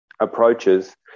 Approaches